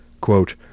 Quote